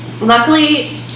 luckily